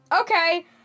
Okay